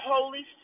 Holy